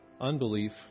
unbelief